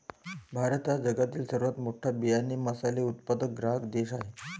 भारत हा जगातील सर्वात मोठा बियांचे मसाले उत्पादक ग्राहक देश आहे